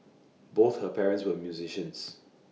both her parents were musicians